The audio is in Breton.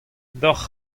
deocʼh